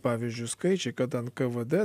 pavyzdžiui skaičiai kad nkvd